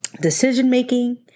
Decision-making